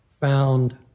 found